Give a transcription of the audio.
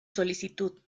solicitud